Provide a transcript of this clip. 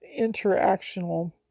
interactional